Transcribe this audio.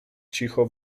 cicho